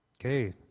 okay